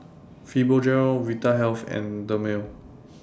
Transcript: Fibogel Vitahealth and Dermale